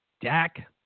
Dak